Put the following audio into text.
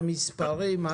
במספרים,